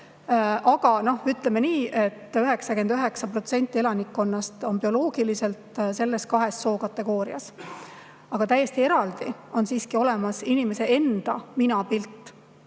Aga ütleme nii, et 99% elanikkonnast on bioloogiliselt selles kahes sookategoorias. Aga täiesti eraldi on siiski olemas inimese enda minapilt